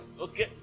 Okay